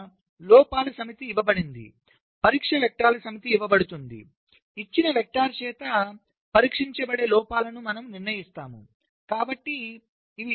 ఇక్కడ లోపాల సమితి ఇవ్వబడింది పరీక్ష వెక్టర్ల సమితి ఇవ్వబడుతుంది ఇచ్చిన వెక్టర్స్ చేత పరీక్షించబడే లోపాలను మనం నిర్ణయిస్తాము